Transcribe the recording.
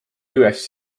juht